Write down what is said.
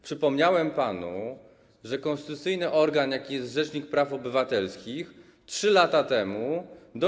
Przypomniałem więc panu, że konstytucyjny organ, jakim jest rzecznik praw obywatelskich, 3 lata temu złożył do